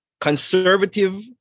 Conservative